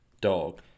dog